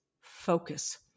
focus